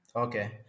okay